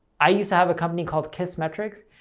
i used to have a company called kissmetrics,